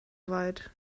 weit